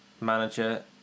manager